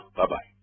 Bye-bye